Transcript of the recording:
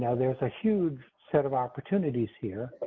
yeah there's a huge set of opportunities here.